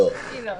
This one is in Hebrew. תקנות רגילות.